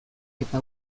eta